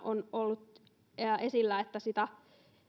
on ollut esillä että sitä